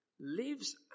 lives